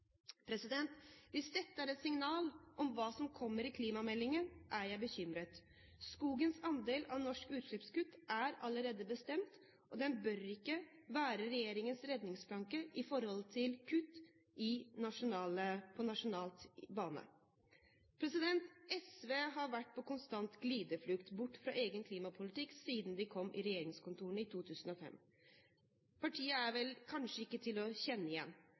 det. Hvis dette er et signal om hva som kommer i klimameldingen, er jeg bekymret. Skogens andel av norske utslippskutt er allerede bestemt, og det bør ikke være regjeringens redningsplanke for kutt på nasjonal bane. SV har vært på en konstant glideflukt bort fra egen klimapolitikk siden de kom i regjeringskontorene i 2005. Partiet er ikke til å kjenne igjen.